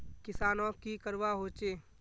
किसानोक की करवा होचे?